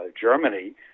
Germany